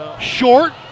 short